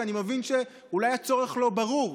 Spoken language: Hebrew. כי אני מבין שאולי הצורך לא ברור.